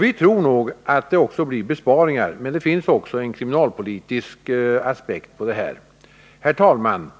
Vi tror att resultatet också blir besparingar, men det finns också en kriminalpolitisk aspekt på saken. Herr talman!